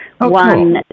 one